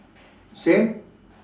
same